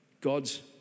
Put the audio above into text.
gods